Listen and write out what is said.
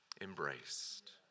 embraced